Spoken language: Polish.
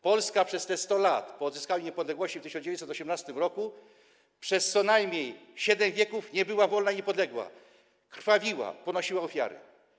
Polska przez te 100 lat po odzyskaniu niepodległości w 1918 r. przez co najmniej siedem dekad nie była wolna i niepodległa, krwawiła, ponosiła ofiary.